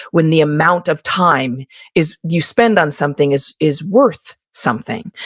when the amount of time is you spend on something is is worth something.